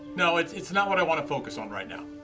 no it's it's not what i want to focus on right now.